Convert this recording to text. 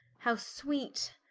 how sweet?